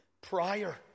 prior